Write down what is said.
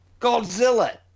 Godzilla